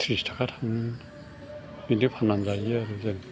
ट्रिस थाखा थाङो बिदि फान्ना जायो आरो जों